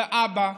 לאבא,